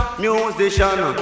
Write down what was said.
musician